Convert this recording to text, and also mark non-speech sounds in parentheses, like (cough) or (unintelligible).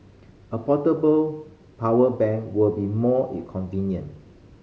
a portable power bank will be more (unintelligible) convenient